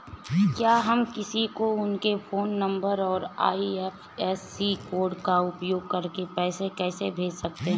क्या हम किसी को उनके फोन नंबर और आई.एफ.एस.सी कोड का उपयोग करके पैसे कैसे भेज सकते हैं?